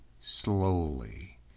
slowly